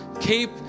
keep